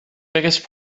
biggest